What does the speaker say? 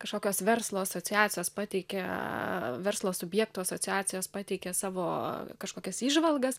kažkokios verslo asociacijos pateikia verslo subjektų asociacijos pateikė savo kažkokias įžvalgas